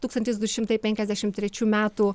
tūkstantis du šimtai penkiasdešim trečių metų